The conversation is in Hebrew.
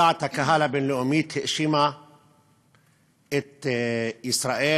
שדעת הקהל הבין-לאומית האשימה את ישראל,